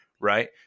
Right